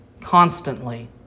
constantly